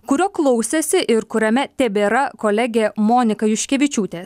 kurio klausėsi ir kuriame tebėra kolegė monika juškevičiūtė